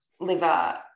liver